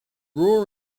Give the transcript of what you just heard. rural